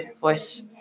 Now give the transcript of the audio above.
voice